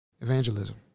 evangelism